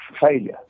failure